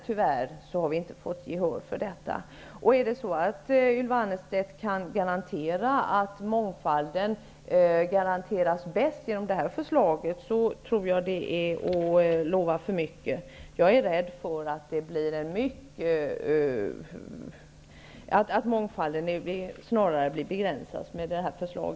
Tyvärr har vi inte fått gehör för detta. Om Ylva Annerstedt säger att mångfalden bäst garanteras genom det här förslaget tror jag att hon lovar för mycket. Jag är rädd för att mångfalden snarare kommer att begränsas med detta förslag.